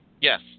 Yes